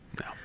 No